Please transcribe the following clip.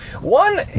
One